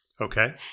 Okay